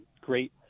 great